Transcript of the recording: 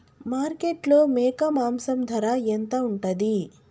మార్కెట్లో మేక మాంసం ధర ఎంత ఉంటది?